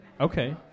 Okay